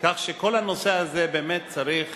כך שכל הנושא הזה באמת צריך